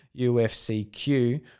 UFCQ